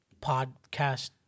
Podcast